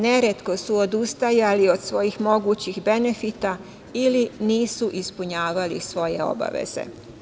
Neretko su odustajali od svojih mogućih benefita ili nisu ispunjavali svoje obaveze.